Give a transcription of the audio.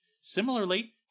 Similarly